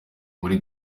muri